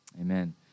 Amen